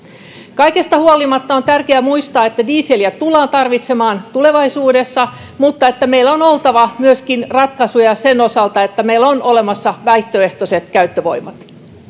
kaikesta huolimatta on tärkeä muistaa että dieseliä tullaan tarvitsemaan tulevaisuudessa mutta meillä on oltava ratkaisuja myöskin sen osalta että meillä on olemassa vaihtoehtoiset käyttövoimat